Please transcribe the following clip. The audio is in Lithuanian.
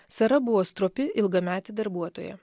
sara buvo stropi ilgametė darbuotoja